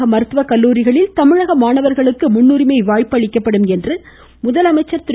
தமிழக மருத்துவ கல்லூரிகளில் தமிழக மாணவர்களுக்கு முன்னுரிமை வாய்ப்பு அளிக்கப்படும் என்று முதலமைச்சர் திரு